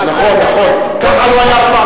נכון, נכון, ככה לא היה אף פעם.